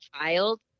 child